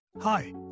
Hi